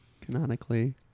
Canonically